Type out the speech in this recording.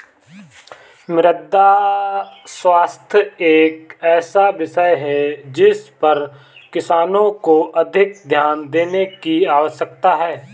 मृदा स्वास्थ्य एक ऐसा विषय है जिस पर किसानों को अधिक ध्यान देने की आवश्यकता है